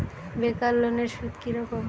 বেকার লোনের সুদ কি রকম?